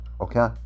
okay